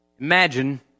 Imagine